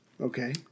Okay